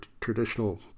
traditional